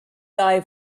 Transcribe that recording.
die